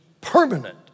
permanent